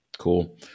Cool